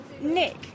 Nick